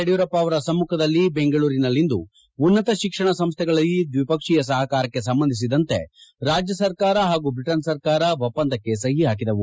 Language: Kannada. ಯಡಿಯೂರಪ್ಪ ಅವರ ಸಮ್ನಖದಲ್ಲಿ ಬೆಂಗಳೂರಿನಲ್ಲಿಂದು ಉನ್ನತ ಶಿಕ್ಷಣ ಸಂಸ್ಥೆಗಳಲ್ಲಿ ದ್ವಿಪಕ್ಷೀಯ ಸಹಕಾರಕ್ಕೆ ಸಂಬಂಧಿಸಿದಂತೆ ರಾಜ್ಯ ಸರ್ಕಾರ ಹಾಗೂ ಬ್ರಿಟನ್ ಸರ್ಕಾರ ಒಪ್ಪಂದಕ್ಕೆ ಸಹಿ ಹಾಕಿದವು